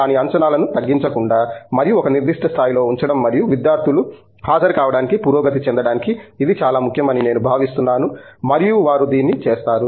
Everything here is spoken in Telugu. కానీ అంచనాలను తగ్గించకుండా మరియు ఒక నిర్దిష్ట స్థాయిలో ఉంచడం మరియు విద్యార్థులు హాజరు కావడానికి పురోగతి చెందడానికి ఇది చాలా ముఖ్యం అని నేను భావిస్తున్నాను మరియు వారు దీన్ని చేస్తారు